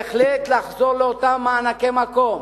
בהחלט לחזור לאותם מענקי מקום,